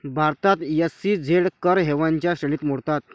भारतात एस.ई.झेड कर हेवनच्या श्रेणीत मोडतात